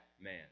man